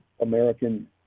American